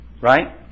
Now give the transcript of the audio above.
right